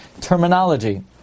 terminology